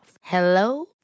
Hello